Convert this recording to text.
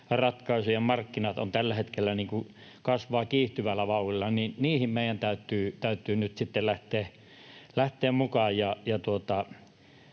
ratkaisujen markkinat kasvavat kiihtyvällä vauhdilla, niin niihin meidän täytyy nyt sitten